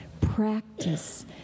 Practice